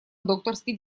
докторской